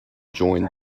joined